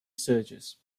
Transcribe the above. sturgis